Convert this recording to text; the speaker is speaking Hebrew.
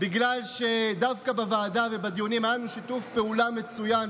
בגלל שדווקא בוועדה ובדיונים היה לנו שיתוף פעולה מצוין,